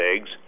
eggs